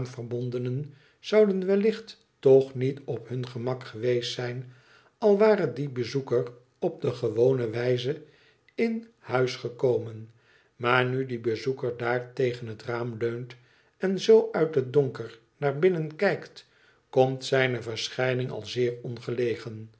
verbondenen zouden wellicht toch niet op htm gemak geweest zijn al ware die bezoeker op de gewone wijze in huis gekomen maar nu die bezoeker daar tegen het raam leunt en zoo uit het donker naar binnen kijkt komt zijne verschijning al zeer ongelegen